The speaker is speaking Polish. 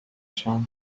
się